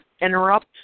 interrupt